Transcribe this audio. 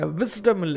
wisdom